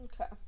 okay